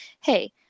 hey